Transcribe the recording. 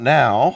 now